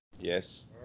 yes